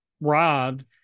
robbed